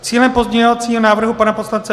Cílem pozměňovacího návrhu pana poslance